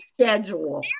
schedule